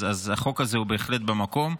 אז החוק הזה הוא בהחלט במקום.